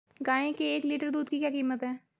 गाय के एक लीटर दूध की क्या कीमत है?